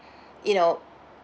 you know